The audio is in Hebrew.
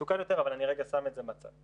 מסוכן יותר, אבל אני רגע שם את זה בצד.